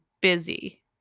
busy